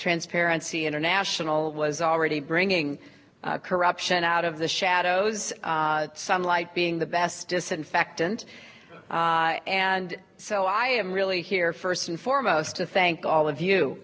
transparency international was already bringing corruption out of the shadows sunlight being the best disinfectant and so i am really here first and foremost to thank all of you